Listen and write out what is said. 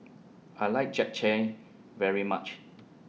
I like Japchae very much